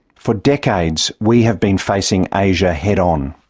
for decades we have been facing asia head-on.